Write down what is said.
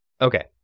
Okay